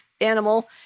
animal